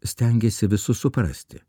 stengiasi visus suprasti